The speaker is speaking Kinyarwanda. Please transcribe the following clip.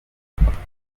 yongeyeho